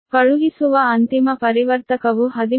ಕಳುಹಿಸುವ ಅಂತಿಮ ಪರಿವರ್ತಕವು 13